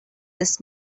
this